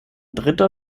dritter